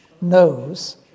knows